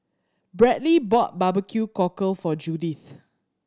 Bradly bought barbecue cockle for Judith